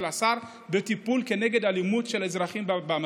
השר בטיפול כנגד אלימות של אזרחים במחאות.